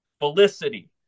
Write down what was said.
Felicity